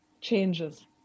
changes